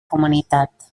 comunitat